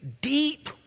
deep